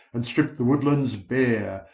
and stripped the woodlands bare,